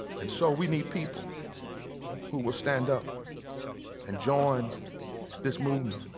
and so we need people who will stand up and join this movement